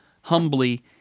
humbly